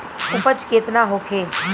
उपज केतना होखे?